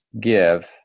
give